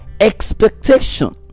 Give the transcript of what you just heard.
expectation